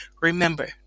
Remember